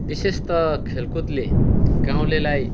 विशेष त खेलकुदले गाउँलेलाई